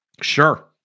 Sure